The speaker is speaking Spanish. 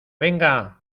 venga